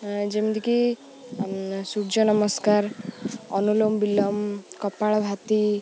ଯେମିତିକି ସୂର୍ଯ୍ୟ ନମସ୍କାର ଅନୁଲୋମ ବିଲମ କପାଳ ଭାତୀ